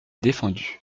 défendu